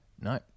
No